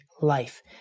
life